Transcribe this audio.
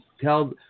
tell